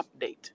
update